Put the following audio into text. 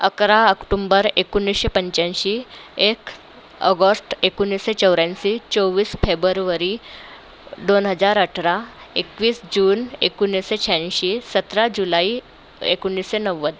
अकरा अक्टुंबर एकोणिसशे पंच्याऐंशी एक अगोस्ट एकोणिसशे चौऱ्याऐंशी चोवीस फेबरूवरी दोन हजार अठरा एकवीस जून एकोणिसशे शहाऐंशी सतरा जुलाई एकोणिसशे नव्वद